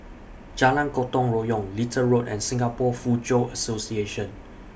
Jalan Gotong Royong Little Road and Singapore Foochow Association